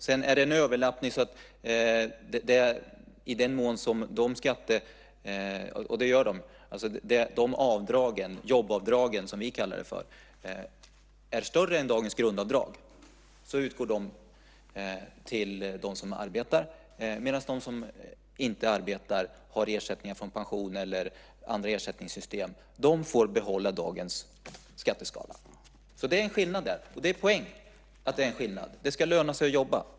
Det är en överlappning där, och i den mån jobbavdragen - som vi kallar dem för - är större än dagens grundavdrag utgår de till dem som arbetar. De som inte arbetar och har ersättningar från pensioner eller andra ersättningssystem får behålla dagens skatteskala. Det är en skillnad, och det är en poäng med det. Det ska löna sig att jobba.